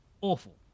Awful